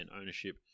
ownership